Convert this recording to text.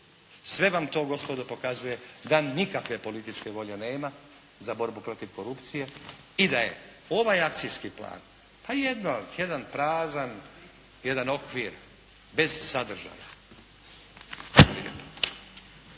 Sve vam to gospodo pokazuje da nikakve političke volje nema za borbu protiv korupcije i da je ovaj akcijski plan jedan prazan, jedan okvir bez sadržaja.